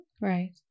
Right